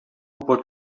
pot